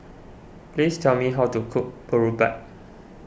please tell me how to cook Boribap